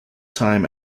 time